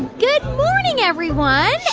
good morning, everyone.